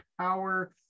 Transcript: power